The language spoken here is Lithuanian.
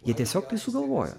jie tiesiog tai sugalvojo